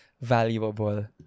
valuable